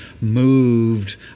moved